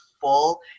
full